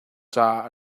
caah